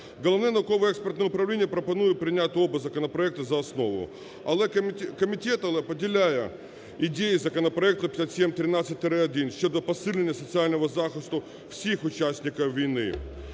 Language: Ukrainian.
Головне науково-експертне управління пропонує прийняти оба законопроекти за основу. Але комітет поділяє ідеї законопроекту 5713-1 щодо посилення соціального захисту всіх учасників війни,